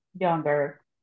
younger